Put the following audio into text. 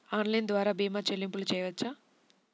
Online ద్వార భీమా చెల్లింపులు చేయవచ్చా?